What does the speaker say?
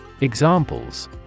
Examples